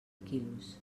quilos